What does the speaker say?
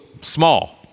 small